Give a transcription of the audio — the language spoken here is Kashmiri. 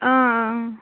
آ آ